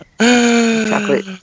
Chocolate